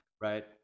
Right